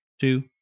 two